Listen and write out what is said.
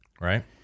Right